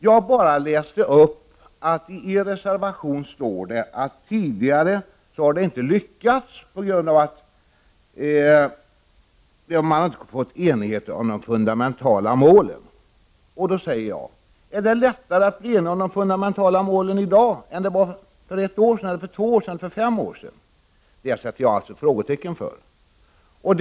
Jag läste bara upp att det i vpk:s reservation står att detta tidigare inte har lyckats på grund av att enigheten om de fundamentala målen om den ekonomiska politiken inte har uppnåtts. Är det lättare att genomföra de fundamentala målen i dag än det var för ett, två eller fem år sedan? Jag sätter ett frågetecken för detta.